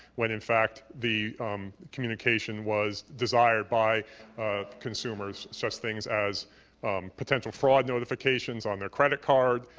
when in fact the communication was desired by consumers, such things as potential fraud notifications on their credit card,